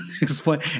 explain